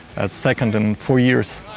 second in four years,